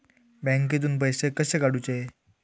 बँकेतून पैसे कसे काढूचे?